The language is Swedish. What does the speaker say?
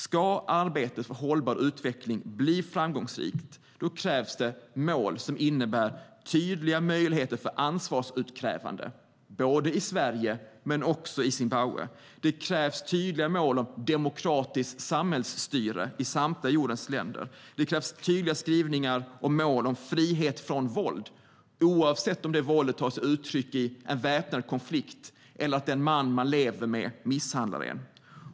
Ska arbetet för hållbar utveckling bli framgångsrikt krävs det mål som innebär tydliga möjligheter för ansvarsutkrävande både i Sverige och i Zimbabwe. Det krävs tydliga mål om demokratiskt samhällsstyre i samtliga jordens länder. Det krävs tydliga skrivningar om mål om frihet från våld, oavsett om det våldet tar sig uttryck i en väpnad konflikt eller i att den man som man lever med misshandlar en.